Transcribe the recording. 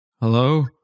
Hello